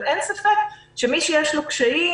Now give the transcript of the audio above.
אבל אין ספק שמי שיש לו קשיים,